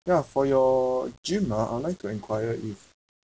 ya for your gym ah I would like to enquire if